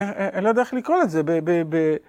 ‫אני לא יודע איך לקרוא את זה.